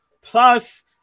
Plus